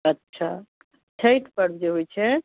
अच्छा छठि पर्व जे होइ छै